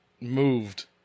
moved